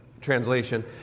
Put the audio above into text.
translation